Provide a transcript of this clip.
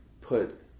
put